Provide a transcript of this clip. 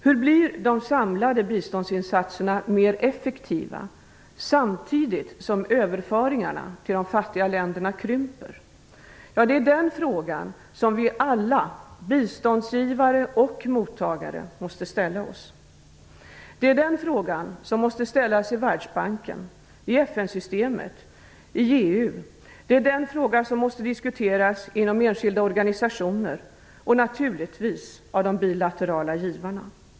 Hur blir de samlade biståndsinsatserna mer effektiva samtidigt som överföringarna till de fattiga länderna krymper? Det är den fråga som vi alla, biståndsgivare och mottagare, måste ställa oss. Det är den fråga som måste ställas i Världsbanken, i FN systemet och i EU. Det är den fråga som måste diskuteras inom enskilda organisationer och naturligtvis av de bilaterala givarna.